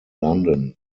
london